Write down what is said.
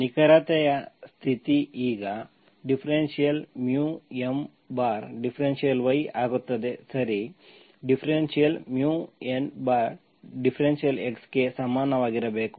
ನಿಖರತೆಯ ಸ್ಥಿತಿ ಈಗ ∂μM∂y ಆಗುತ್ತದೆ ಸರಿ ∂μN∂x ಗೆ ಸಮನಾಗಿರಬೇಕು